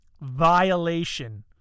violation